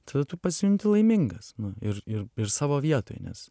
tada tu pasijunti laimingas ir ir savo vietoj nes